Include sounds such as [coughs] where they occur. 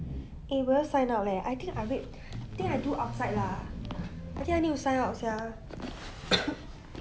eh 我要 sign up leh I think I wai~ I think I do outside lah actually I think I need to sign up sia [coughs]